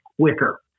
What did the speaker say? quicker